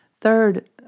Third